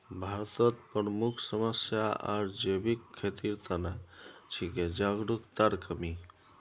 भारतत प्रमुख समस्या आर जैविक खेतीर त न छिके जागरूकतार कमी